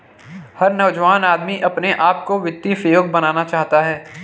हर नौजवान आदमी अपने आप को वित्तीय सेवक बनाना चाहता है